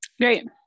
Great